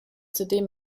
zudem